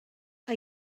mae